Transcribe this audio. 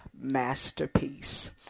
masterpiece